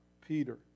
Peter